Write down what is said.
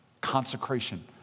Consecration